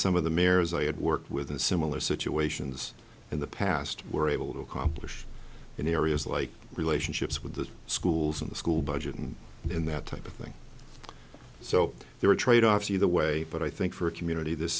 some of the mayors i had worked with in similar situations in the past were able to accomplish in areas like relationships with the schools in the school budget and in that type of thing so there are tradeoffs either way but i think for a community this